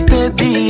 Baby